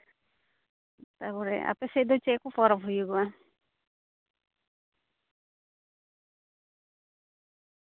ᱛᱟᱯᱚᱨᱮ ᱟᱯᱮ ᱥᱮᱫ ᱫᱚ ᱪᱮᱫ ᱠᱚ ᱯᱚᱨᱚᱵᱽ ᱦᱩᱭᱩᱜᱚᱜᱼᱟ